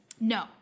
No